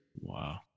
Wow